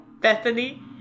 Bethany